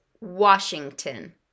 Washington